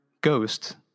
ghost